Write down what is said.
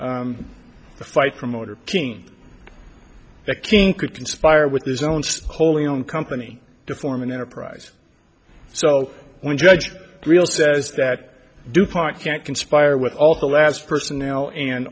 the fight promoter king the king could conspire with his own stoli own company to form an enterprise so when judge real says that dupont can't conspire with all the last personnel an